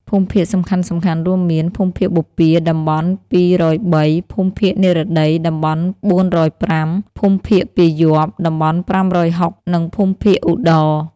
ភូមិភាគសំខាន់ៗរួមមាន៖ ភូមិភាគបូព៌ា (តំបន់២០៣), ភូមិភាគនិរតី (តំបន់៤០៥), ភូមិភាគពាយព្យ (តំបន់៥៦០) និងភូមិភាគឧត្តរ។